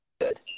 Good